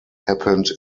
happened